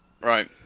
Right